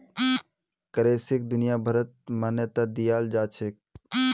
करेंसीक दुनियाभरत मान्यता दियाल जाछेक